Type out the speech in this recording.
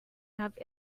have